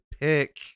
pick